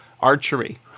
archery